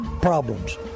problems